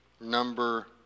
number